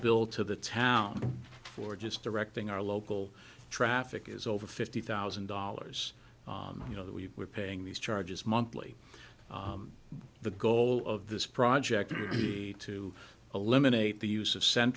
bill to the town for just directing our local traffic is over fifty thousand dollars you know that we were paying these charges monthly the goal of this project to eliminate the use of cent